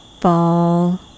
fall